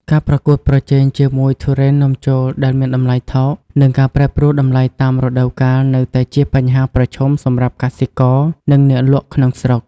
ការប្រកួតប្រជែងជាមួយទុរេននាំចូលដែលមានតម្លៃថោក និងការប្រែប្រួលតម្លៃតាមរដូវកាលនៅតែជាបញ្ហាប្រឈមសម្រាប់កសិករ និងអ្នកលក់ក្នុងស្រុក។